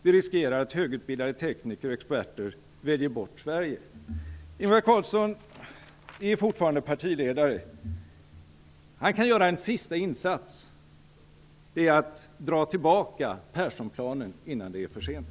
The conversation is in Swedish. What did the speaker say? Vi riskerar att högutbildade tekniker och experter väljer bort Sverige. Ingvar Carlsson är fortfarande partiledare. Han kan göra en sista insats. Det är att dra tillbaka Perssonplanen innan det är för sent.